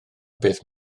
beth